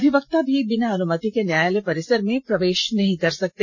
अधिवक्ता भी बिना अनुमति के न्यायालय परिसर में प्रवेष नहीं कर सकते